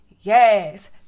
Yes